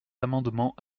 amendement